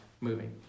moving